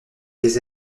des